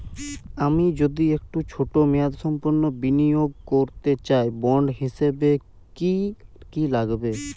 আমি যদি একটু ছোট মেয়াদসম্পন্ন বিনিয়োগ করতে চাই বন্ড হিসেবে কী কী লাগবে?